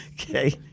Okay